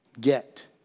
Get